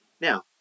Now